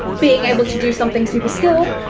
being able to do something super skilled,